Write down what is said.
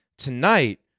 tonight